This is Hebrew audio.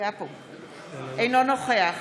אינו נוכח